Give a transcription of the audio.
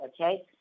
okay